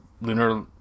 lunar